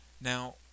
Now